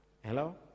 Hello